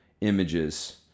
images